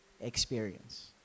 experience